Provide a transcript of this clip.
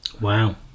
wow